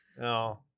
No